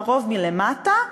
לרוב מלמטה,